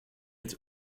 het